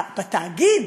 בתאגיד,